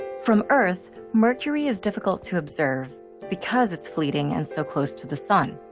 from earth, mercury is difficult to observe because it's fleeting and so close to the sun.